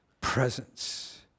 presence